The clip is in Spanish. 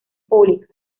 públicas